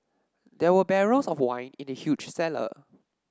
there were barrels of wine in the huge cellar